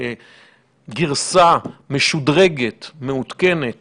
כגרסה משודרגת, מעודכנת